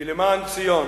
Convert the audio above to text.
כי "למען ציון